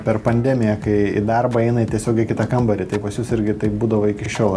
per pandemiją kai į darbą eina į tiesiog į kitą kambarį tai pas jus irgi taip būdavo iki šiol